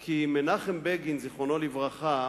כי מנחם בגין, זיכרונו לברכה,